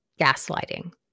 Gaslighting